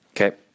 Okay